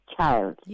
child